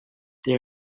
they